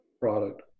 product